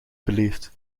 beleefd